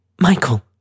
Michael